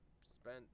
spent